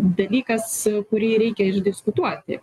dalykas kurį reikia išdiskutuoti